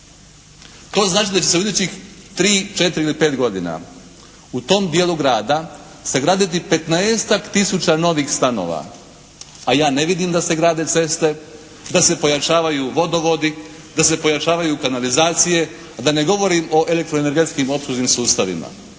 To znači da će se u idućih 3, 4 ili 5 godina u tom dijelu grada sagraditi 15-tak tisuća novih stanova a ja ne vidim da se grade ceste, da se pojačavaju vodovodi, da se pojačavaju kanalizacije a da ne govorim o elektroenergetskim opslužnim sustavima.